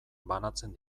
banatzen